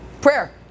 Prayer